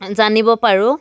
জানিব পাৰোঁ